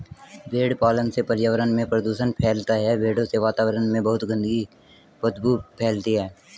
भेड़ पालन से पर्यावरण में प्रदूषण फैलता है भेड़ों से वातावरण में बहुत गंदी बदबू फैलती है